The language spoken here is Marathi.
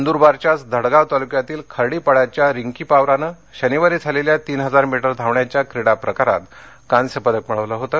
नंदुरबारच्याच धडगाव तालुक्यातील खर्डीपाड्याच्या रिंकी पावराने शनिवारी झालेल्या तीन हजार मीटर धावण्याच्या क्रिडा प्रकारात कांस्य पदक मिळवले होते